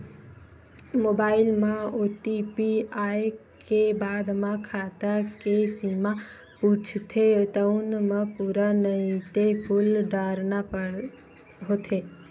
mobile म OTP आए के बाद म खाता के सीमा पूछथे तउन म पूरा नइते फूल डारना होथे